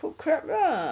cook crab lah